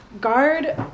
guard